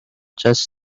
just